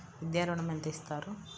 విద్యా ఋణం ఎంత ఇస్తారు?